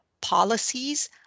policies